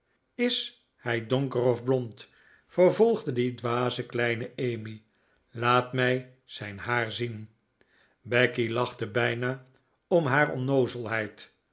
is hij donker of blond vervolgde die dwaze kleine emmy laat mij zijn haar zien becky lachte bijna om haar